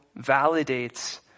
validates